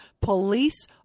police